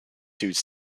suits